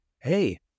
hey